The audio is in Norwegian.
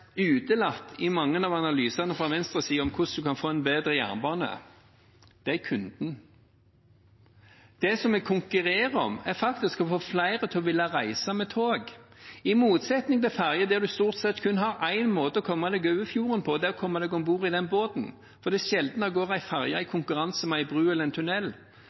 utelatt i mange av analysene fra venstresiden om hvordan en kan få en bedre jernbane, er kunden. Det som vi konkurrerer om, er å få flere til å ville reise med tog. I motsetning til hvordan det er å reise med ferge, der det stort sett kun er én måte å komme seg over fjorden på, og det er ved å komme seg om bord i båten – for det er sjelden det går en ferge i konkurranse med en bro eller en